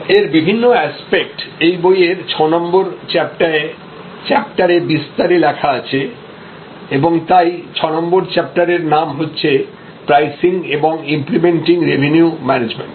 এর বিভিন্ন অ্যাসপেক্ট এই বইয়ের 6 নম্বর চ্যাপ্টারের বিস্তারে লেখা আছে এবং তাই 6 নম্বর চ্যাপ্টারের নাম হচ্ছে প্রাইসিং এবং ইম্প্লিমেন্টিং রেভিনিউ ম্যানেজমেন্ট